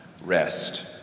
rest